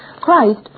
Christ